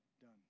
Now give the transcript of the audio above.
done